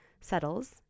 settles